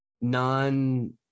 non